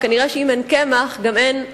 וכנראה אם אין קמח גם אין אקדמיה.